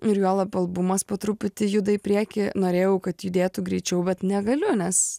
ir juolab albumas po truputį juda į priekį norėjau kad judėtų greičiau vat negaliu nes